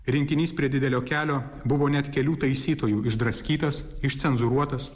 rinkinys prie didelio kelio buvo net kelių taisytojų išdraskytas išcenzūruotas